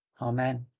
Amen